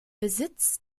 besitz